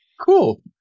Cool